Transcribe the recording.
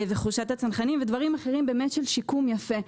חורשת הצנחנים ודברים אחרים של שיקום יפה.